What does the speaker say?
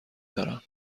دارم